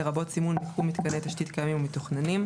לרבות סימון מיקום מיתקני תשתית קיימים ומתוכננים,